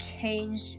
change